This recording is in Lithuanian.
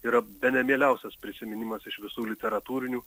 yra bene mieliausias prisiminimas iš visų literatūrinių